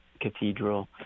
cathedral